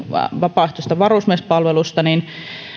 vapaaehtoista varusmiespalvelusta